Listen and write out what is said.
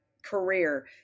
Career